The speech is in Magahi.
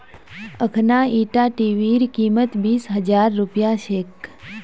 अखना ईटा टीवीर कीमत बीस हजार रुपया छेक